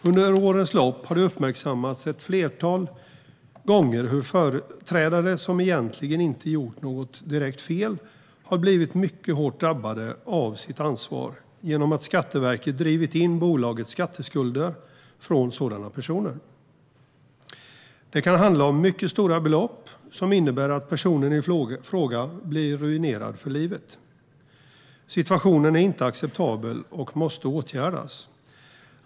Under årens lopp har det uppmärksammats ett flertal gånger hur företrädare som egentligen inte har gjort något direkt fel har blivit mycket hårt drabbade av sitt ansvar genom att Skatteverket drivit in bolagets skatteskulder från sådana personer. Det kan handla om mycket stora belopp som innebär att personen i fråga blir ruinerad för livet. Situationen är inte acceptabel och måste åtgärdas.